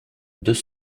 deux